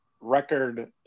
record